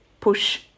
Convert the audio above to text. push